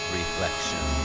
reflection